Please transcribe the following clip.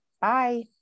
bye